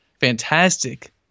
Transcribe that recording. fantastic